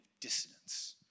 dissonance